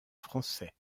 français